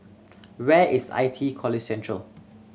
where is I T E College Central